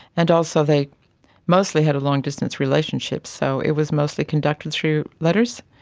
and also they mostly had a long distance relationship, so it was mostly conducted through letters,